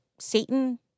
Satan